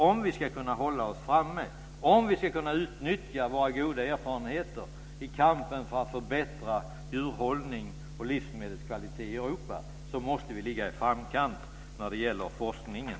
Om vi ska kunna hålla oss framme och utnyttja våra goda erfarenheter i kampen för att förbättra djurhållning och livsmedelskvalitet i Europa måste vi ligga i framkant när det gäller forskningen.